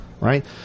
Right